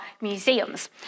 museums